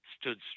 stood